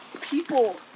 people